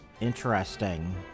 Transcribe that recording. interesting